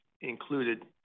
included